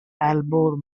elbowed